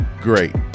great